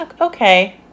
Okay